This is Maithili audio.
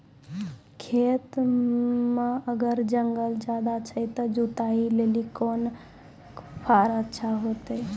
खेत मे अगर जंगल ज्यादा छै ते जुताई लेली कोंन फार अच्छा होइतै?